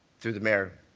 through the mayor,